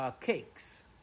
cakes